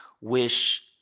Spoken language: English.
wish